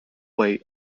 way